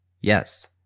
Yes